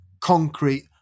concrete